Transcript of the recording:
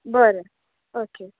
बरें ओके